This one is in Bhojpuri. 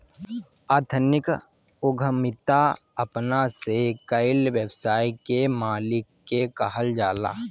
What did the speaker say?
एथनिक उद्यमिता अपना से कईल व्यवसाय के मालिक के कहल जाला